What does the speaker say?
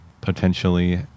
potentially